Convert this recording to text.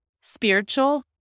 spiritual